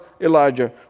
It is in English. Elijah